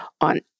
on